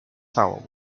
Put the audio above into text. tower